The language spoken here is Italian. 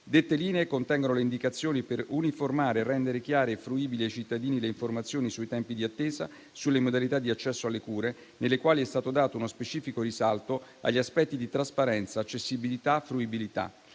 Dette linee contengono le indicazioni per uniformare e rendere chiare e fruibili ai cittadini le informazioni sui tempi di attesa, sulle modalità di accesso alle cure, nelle quali è stato dato uno specifico risalto agli aspetti di trasparenza, accessibilità e fruibilità